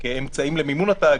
לא.